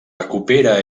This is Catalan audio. recupera